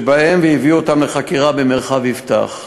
והביאו אותם לחקירה במרחב יפתח.